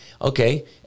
Okay